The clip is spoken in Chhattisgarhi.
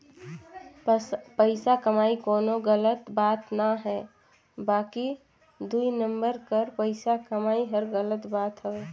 पइसा कमई कोनो गलत बात ना हे बकि दुई नंबर कर पइसा कमई हर गलत बात हवे